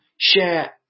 share